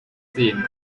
sehen